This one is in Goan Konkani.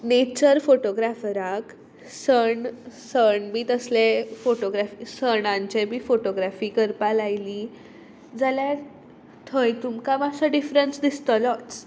नेचर फोटोग्रॅफराक सण सण बी तसले फोटोग्रॅफ सणांचे बी फोटोग्रॅफी करपाक लायली जाल्यार थंय तुमकां मातसो डिफरन्स दिसतलोच